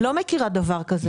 לא מכירה דבר כזה.